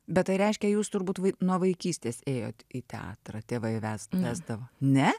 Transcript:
bet tai reiškia jūs turbūt nuo vaikystės ėjot teatrą tėvai ves vesdavo ne